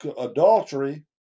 adultery